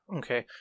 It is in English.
okay